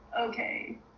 okay